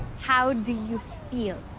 how do you feel?